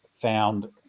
found